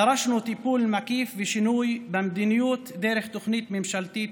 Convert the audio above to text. דרשנו טיפול מקיף ושינוי במדיניות דרך תוכנית ממשלתית